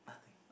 nothing